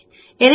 எனவே 2